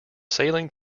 sailing